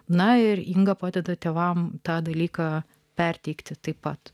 na ir inga padeda tėvams tą dalyką perteikti taip pat